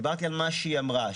דיברתי על מה שהיא אמרה,